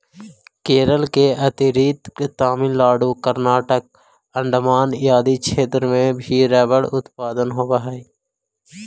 केरल के अतिरिक्त तमिलनाडु, कर्नाटक, अण्डमान आदि क्षेत्र में भी रबर उत्पादन होवऽ हइ